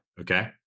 Okay